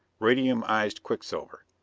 radiumized quicksilver.